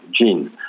gene